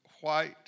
white